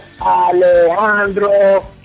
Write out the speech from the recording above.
Alejandro